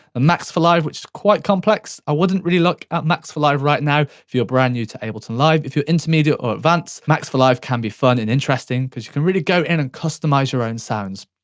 max for live, which is quite complex. i wouldn't really look at max for live right now if you're brand new to ableton live. if you're intermediate or advanced, max for live can be fun and interesting because you can really go in and customise your own sounds.